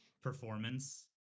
performance